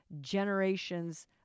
generations